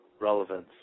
relevance